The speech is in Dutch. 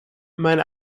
mijn